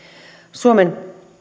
suomen